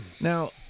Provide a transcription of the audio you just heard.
Now